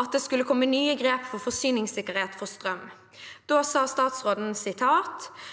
at det skulle komme nye grep for forsyningssikkerhet for strøm. Da sa statsråden: